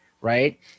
Right